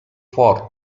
ford